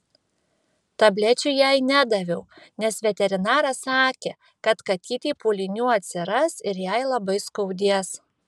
tablečių jai nedaviau nes veterinaras sakė kad katytei pūlinių atsiras ir jai labai skaudės